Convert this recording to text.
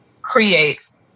creates